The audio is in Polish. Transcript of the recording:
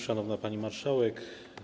Szanowna Pani Marszałek!